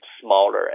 smaller